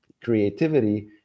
creativity